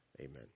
Amen